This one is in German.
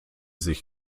sich